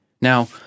Now